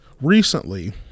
recently